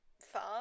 far